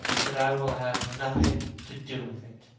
but i will have nothing to do with it.